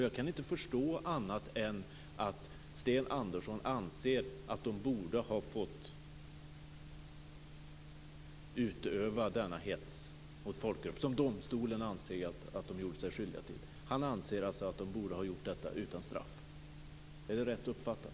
Jag kan inte förstå annat än att Sten Andersson anser att de borde ha fått utöva den hets mot folkgrupp som domstolen anser att de gjorde sig skyldiga till. Han anser alltså att de borde ha fått göra detta utan straff. Är det rätt uppfattat?